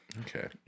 Okay